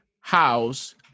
house